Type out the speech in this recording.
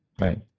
Right